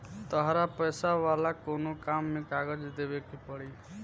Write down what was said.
तहरा पैसा वाला कोनो काम में कागज देवेके के पड़ी